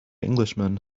englishman